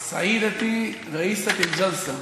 סיידתי, ראיסת אל ג'איסה.